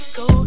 go